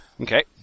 Okay